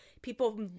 People